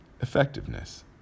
Effectiveness